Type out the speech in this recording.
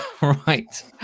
Right